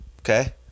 Okay